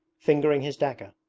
fingering his dagger.